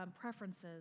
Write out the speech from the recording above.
preferences